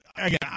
again